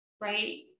right